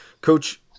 coach